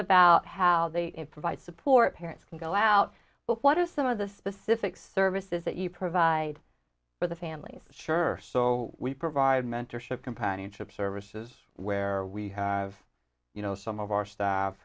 about how they provide support parents can go out but what are some of the specific services that you provide for the families sure so we provide mentorship companionship services where we have you know some of our staff